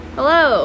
Hello